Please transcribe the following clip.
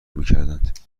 میکردند